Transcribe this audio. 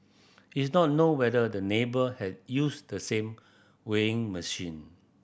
it's not known whether the neighbour had used the same weighing machine